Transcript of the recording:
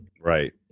right